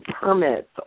permits